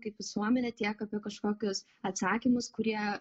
kaip visuomenė tiek apie kažkokius atsakymus kurie